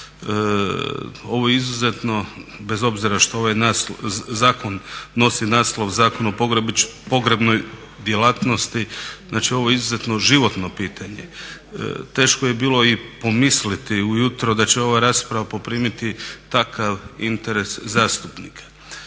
Ovo je izuzetno, bez obzira što ovaj zakon nosi naslov Zakon o pogrebnoj djelatnosti, znači ovo je izuzetno životno pitanje. Teško je bilo i pomisliti ujutro da će ova rasprava poprimiti takav interes zastupnika.